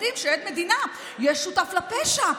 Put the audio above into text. יודעים שעד מדינה יהיה שותף לפשע,